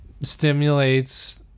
stimulates